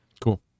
cool